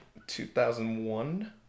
2001